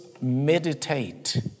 meditate